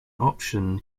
option